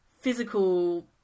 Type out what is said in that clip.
physical